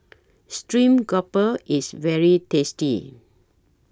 Stream Grouper IS very tasty